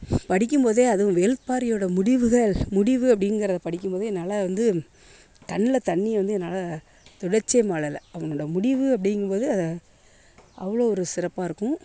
படிக்கும் போதே அதுவும் வேள்பாரியோட முடிவுகள் முடிவு அப்படிங்கிறத படிக்கும் போதே என்னால் வந்து கண்ணில் தண்ணீர் வந்து என்னால் துடைச்சு மாளலை அவனோட முடிவு அப்படிங்கும் போது அவ்வளோ ஒரு சிறப்பாக இருக்கும்